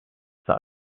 side